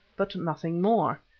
but nothing more.